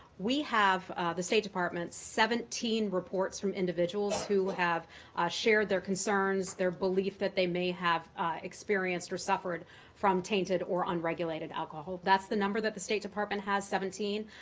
we have the state department seventeen reports from individuals who have shared their concerns, their belief that they may have experienced or suffered from tainted or unregulated alcohol. that's the number that the state department has, seventeen.